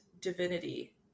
divinity